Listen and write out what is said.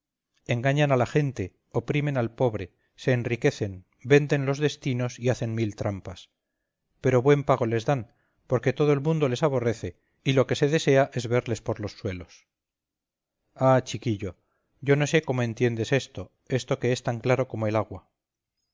engañan a la gente oprimen al pobre se enriquecen venden los destinos y hacen mil trampas pero buen pago les dan porque todo el mundo les aborrece y lo que se desean es verles por los suelos ah chiquillo yo no sé como no entiendes esto esto que es tan claro como el agua